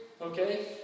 okay